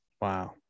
Wow